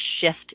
shift